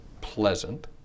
pleasant